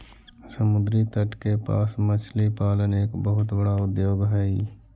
समुद्री तट के पास मछली पालन एक बहुत बड़ा उद्योग हइ